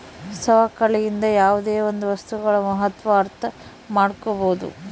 ಸವಕಳಿಯಿಂದ ಯಾವುದೇ ಒಂದು ವಸ್ತುಗಳ ಮಹತ್ವ ಅರ್ಥ ಮಾಡ್ಕೋಬೋದು